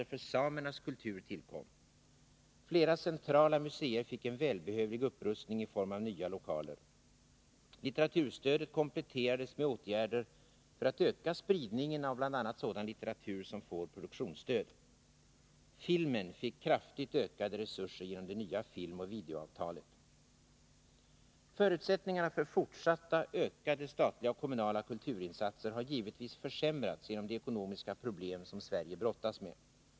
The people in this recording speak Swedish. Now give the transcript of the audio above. Flera centrala museer fick en välbehövlig upprustning i form av nya lokaler. Litteraturstödet kompletterades med åtgärder för att öka spridningen av bl.a. sådan litteratur som får produktionsstöd. Förutsättningarna för fortsatta ökade statliga och kommunala kulturinsatser har givetvis försämrats genom de ekonomiska problem som Sverige brottas med.